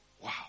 wow